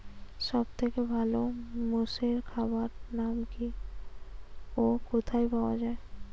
সব থেকে ভালো মোষের খাবার নাম কি ও কোথায় পাওয়া যায়?